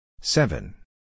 seven